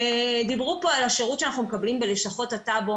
דיברו פה על השירות שאנחנו מקבלים בלשכות הטאבו,